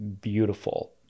beautiful